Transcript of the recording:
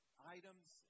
Items